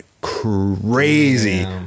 crazy